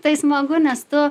tai smagu nes tu